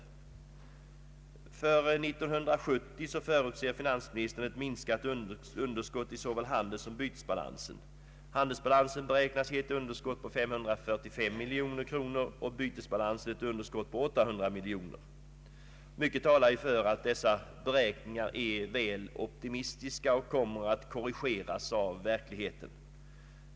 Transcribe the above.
För 1970 förutser finansministern ett minskat underskott i såväl handelssom bytesbalansen. Handelsbalansen beräknas ge ett underskott på 545 miljoner kronor och bytesbalansen ett underskott på 800 miljoner kronor. Mycket talar för att dessa beräkningar är väl optimistiska och kommer att korrigeras av verkligheten.